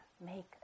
make